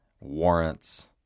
warrants